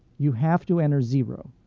you have to enter zero.